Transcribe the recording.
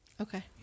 Okay